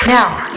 Now